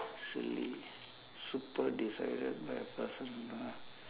silly super decided by a person ah